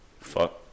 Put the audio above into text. Fuck